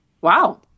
Wow